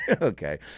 Okay